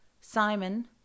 Simon